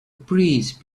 breeze